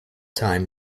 time